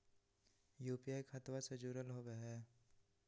UPI खतबा से जुरल होवे हय?